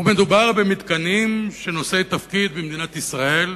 ומדובר במתקנים שנושאי תפקיד במדינת ישראל,